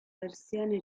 versione